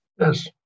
Yes